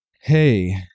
hey